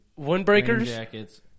Windbreakers